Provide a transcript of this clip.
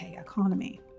economy